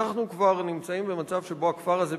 אנחנו כבר נמצאים במצב שבו הכפר הזה,